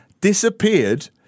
disappeared